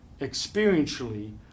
experientially